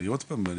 אני עוד פעם,